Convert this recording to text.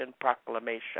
proclamation